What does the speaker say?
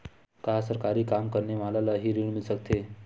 का सरकारी काम करने वाले ल हि ऋण मिल सकथे?